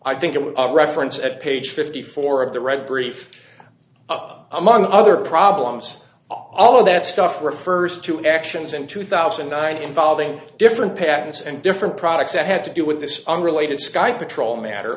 i think it was reference at page fifty four of the red brief up among other problems all of that stuff refers to actions in two thousand and nine involving different patents and different products that had to do with this unrelated sky patrol matter